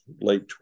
late